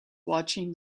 watching